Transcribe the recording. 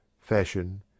fashion